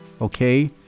okay